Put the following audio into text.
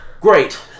Great